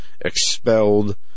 expelled